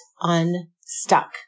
unstuck